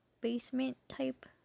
basement-type